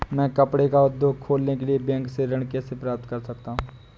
मैं कपड़े का उद्योग खोलने के लिए बैंक से ऋण कैसे प्राप्त कर सकता हूँ?